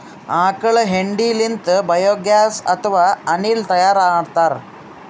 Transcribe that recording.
ಆಕಳ್ ಹೆಂಡಿ ಲಿಂತ್ ಬಯೋಗ್ಯಾಸ್ ಅಥವಾ ಅನಿಲ್ ತೈಯಾರ್ ಮಾಡ್ತಾರ್